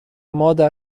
مادر